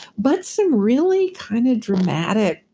but some really kind of dramatic.